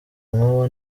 nk’uwo